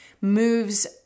moves